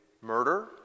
murder